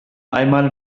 einmal